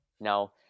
no